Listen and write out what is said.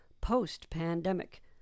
post-pandemic